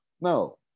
no